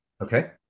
Okay